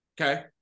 okay